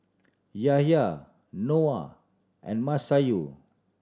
Yahya Noah and Masayu